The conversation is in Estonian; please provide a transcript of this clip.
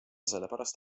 sellepärast